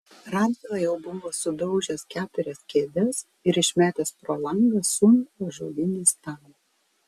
radvila jau buvo sudaužęs keturias kėdes ir išmetęs pro langą sunkų ąžuolinį stalą